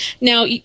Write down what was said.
Now